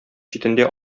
читендә